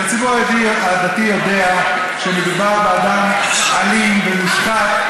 כי הציבור הדתי יודע שמדובר באדם אלים ומושחת,